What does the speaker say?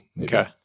Okay